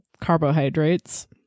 carbohydrates